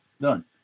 done